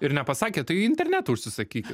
ir nepasakė tai internetu užsisakykit